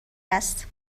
است